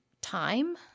time